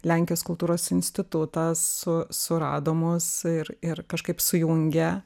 lenkijos kultūros institutas su surado mus ir ir kažkaip sujungė